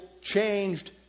changed